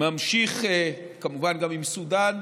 כמובן גם עם סודאן,